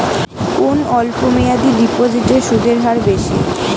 কোন অল্প মেয়াদি ডিপোজিটের সুদের হার বেশি?